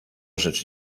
rzecz